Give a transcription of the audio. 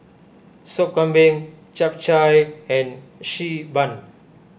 Sup Kambing Chap Chai and Xi Ban